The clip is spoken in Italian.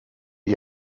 gli